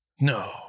No